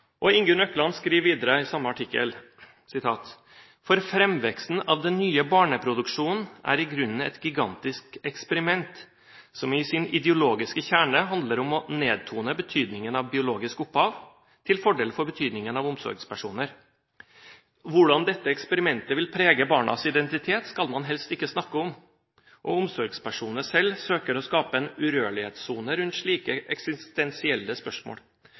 Og Ingunn Økland skriver videre i samme artikkel: «For fremveksten av den nye barneproduksjonen er i grunnen et gigantisk eksperiment, som i sin ideologiske kjerne handler om å nedtone betydningen av biologisk opphav til fordel for betydningen av omsorgspersoner. Hvordan dette eksperimentet vil prege barnas identitet, skal man helst ikke snakke om, og omsorgspersonene selv søker å skape en urørlighetssone rundt slike eksistensielle spørsmål.